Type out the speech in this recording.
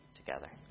together